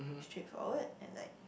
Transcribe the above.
straight forward and like